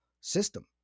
system